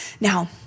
Now